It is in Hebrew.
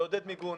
לעודד מיגון.